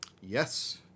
Yes